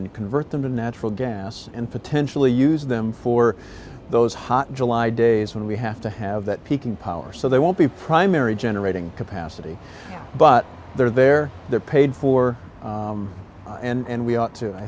and convert them to natural gas and potentially use them for those hot july days when we have to have that peaking power so they won't be primary generating capacity but they're there they're paid for and we ought to i